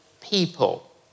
people